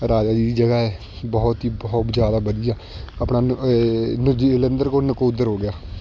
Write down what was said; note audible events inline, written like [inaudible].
ਰਾਜਾ ਜੀ ਦੀ ਜਗ੍ਹਾ ਹੈ ਬਹੁਤ ਹੀ ਬਹੁਤ ਜ਼ਿਆਦਾ ਵਧੀਆ ਆਪਣਾ [unintelligible] ਜਲੰਧਰ ਕੋਲ ਨਕੋਦਰ ਹੋ ਗਿਆ